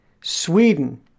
Sweden